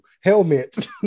helmet